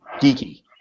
geeky